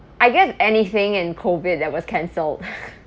I guess anything in COVID that was cancelled